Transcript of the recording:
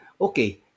Okay